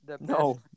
No